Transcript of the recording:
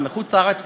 גם בחוץ-לארץ,